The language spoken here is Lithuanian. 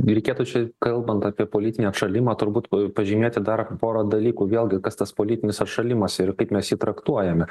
reikėtų čia kalbant apie politinį atšalimą turbūt pažymėti dar porą dalykų vėlgi kas tas politinis atšalimas ir kaip mes jį traktuojame